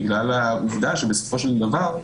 בגלל העובדה שבסופו של דבר,